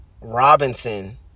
robinson